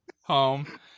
home